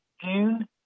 June